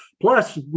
plus